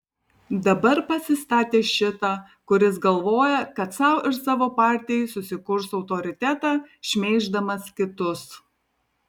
dabar pasistatė šitą kuris galvoja kad sau ir savo partijai susikurs autoritetą šmeiždamas kitus